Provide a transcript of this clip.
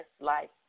life